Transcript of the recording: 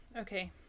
okay